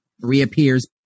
reappears